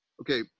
Okay